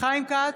חיים כץ,